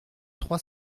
trois